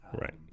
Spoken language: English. Right